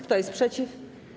Kto jest przeciw?